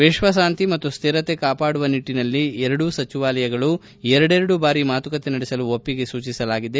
ವಿಶ್ವತಾಂತಿ ಮತ್ತು ಸ್ಟಿರತೆ ಕಾಪಾಡುವ ನಿಟ್ಲಿನಲ್ಲಿ ಎರಡೂ ಸಚಿವಾಲಯಗಳು ಎರಡೆರಡು ಬಾರಿ ಮಾತುಕತೆ ನಡೆಸಲು ಒಪ್ಪಿಗೆ ಸೂಚಿಸಲಾಗಿದೆ